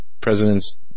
presidents